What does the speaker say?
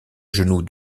genou